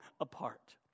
apart